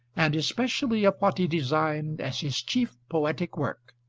and especially of what he designed as his chief poetic work,